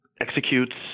executes